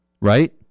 right